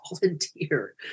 volunteer